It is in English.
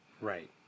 Right